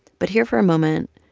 but here for a moment,